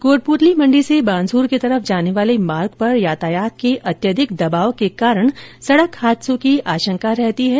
कोटपूतली मंडी से बानसूर की तरफ जाने वाले मार्ग पर यातायात के अत्यधिक दबाव के कारण सड़क हादसों की आशंका रहती है